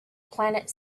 planet